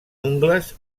ungles